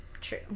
True